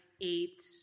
eight